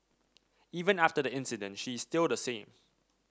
even after the incident she is still the same